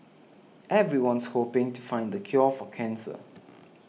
everyone's hoping to find the cure for cancer